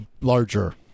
Larger